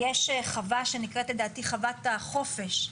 יש חווה שנקראת חוות החופש,